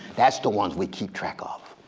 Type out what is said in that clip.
that's the ones we keep track of.